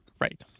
Right